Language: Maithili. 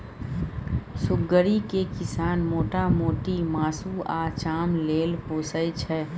सुग्गरि केँ किसान मोटा मोटी मासु आ चाम लेल पोसय छै